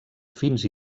fins